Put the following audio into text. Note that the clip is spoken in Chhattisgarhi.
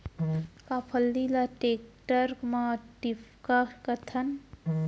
का फल्ली ल टेकटर म टिपका सकथन?